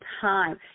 time